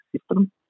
system